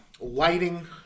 lighting